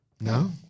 No